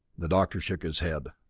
the doctor shook his head.